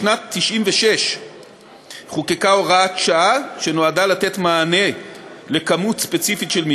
בשנת 1996 חוקקה הוראת שעה שנועדה לתת מענה לכמות מבנים ספציפית.